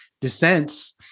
dissents